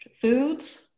foods